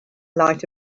light